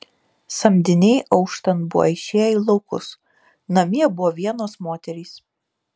samdiniai auštant buvo išėję į laukus namie buvo vienos moterys